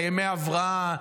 ימי ההבראה,